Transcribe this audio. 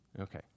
Okay